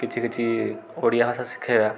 କିଛି କିଛି ଓଡ଼ିଆ ଭାଷା ଶିଖାଇବା